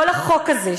כל החוק הזה,